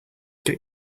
get